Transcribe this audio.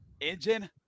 Engine